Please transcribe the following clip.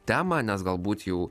temą nes galbūt jau